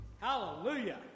Hallelujah